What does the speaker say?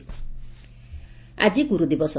ଗୁରୁଦିବସ ଆଜି ଗୁରୁଦିବସ